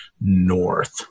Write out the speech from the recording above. north